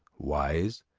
wise,